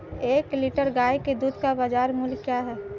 एक लीटर गाय के दूध का बाज़ार मूल्य क्या है?